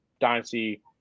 dynasty